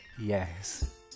Yes